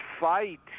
Fight